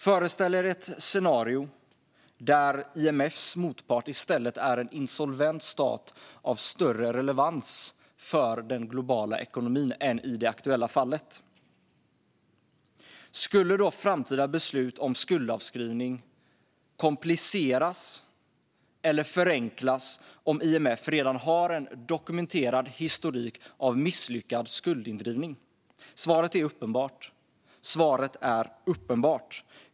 Föreställ er ett scenario där IMF:s motpart i stället är en insolvent stat av större relevans för den globala ekonomin än i det aktuella fallet! Skulle då framtida beslut om skuldavskrivning kompliceras eller förenklas om IMF redan har en dokumenterad historik av misslyckad skuldindrivning? Svaret är uppenbart.